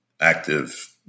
active